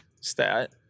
stat